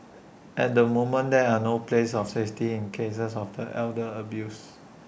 at the moment there are no places of safety in cases of the elder abuse